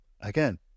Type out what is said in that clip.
Again